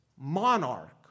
monarch